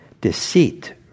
deceit